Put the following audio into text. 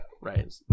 right